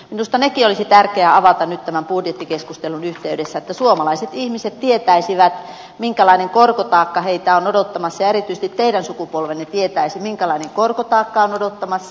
minusta nekin olisi tärkeää avata nyt tämän budjettikeskustelun yhteydessä että suomalaiset ihmiset tietäisivät minkälainen korkotaakka heitä on odottamassa ja erityisesti teidän sukupolvenne tietäisi minkälainen korkotaakka on odottamassa